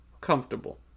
comfortable